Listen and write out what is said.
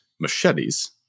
machetes